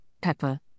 pepper